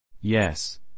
Yes